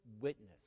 witness